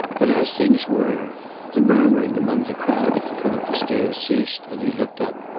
but as things were the murmuring among the crowd at the foot of the stairs ceased, and he looked up.